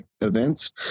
events